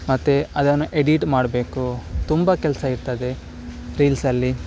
ಮತ್ತು ಅದನ್ನು ಎಡೀಟ್ ಮಾಡಬೇಕು ತುಂಬ ಕೆಲಸ ಇರ್ತದೆ ರೀಲ್ಸಲ್ಲಿ